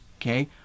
Okay